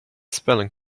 spelling